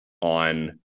on